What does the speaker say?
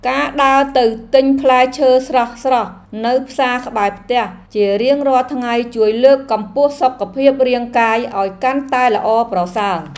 ការដើរទៅទិញផ្លែឈើស្រស់ៗនៅផ្សារក្បែរផ្ទះជារៀងរាល់ថ្ងៃជួយលើកកម្ពស់សុខភាពរាងកាយឱ្យកាន់តែល្អប្រសើរ។